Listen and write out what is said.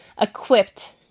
equipped